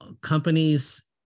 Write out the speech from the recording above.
companies